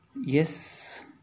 yes